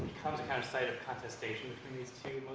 becomes a kind of site of contestation between these two,